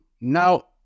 Now